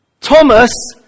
Thomas